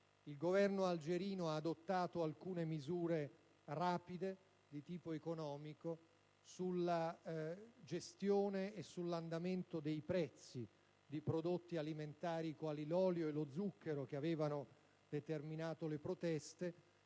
il Governo algerino ha adottato alcune misure rapide, di tipo economico, sulla gestione e l'andamento dei prezzi di prodotti alimentari quali l'olio e lo zucchero, che avevano determinato le proteste.